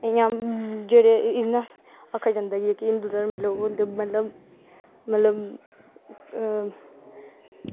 इंया जेह्ड़े इंया आक्खेआ जंदा की हिंदु धर्म दे लोग होंदे मतलब